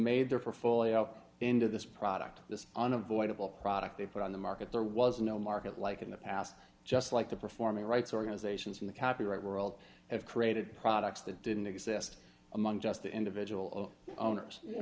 made their full out into this product this unavoidable product they put on the market there was no market like in the past just like the performing rights organizations in the copyright world have created products that didn't exist among just the individual owners